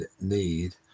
need